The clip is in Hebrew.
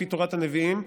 בתורת הנביאים,